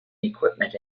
equipment